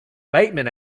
bateman